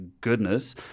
goodness